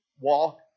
Walk